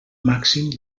màxim